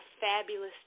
fabulous